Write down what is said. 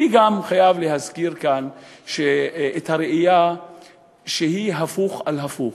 אני גם חייב להזכיר כאן את הראייה שהיא הפוך על הפוך,